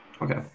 Okay